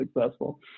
successful